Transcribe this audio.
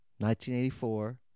1984